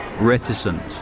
reticent